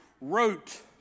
wrote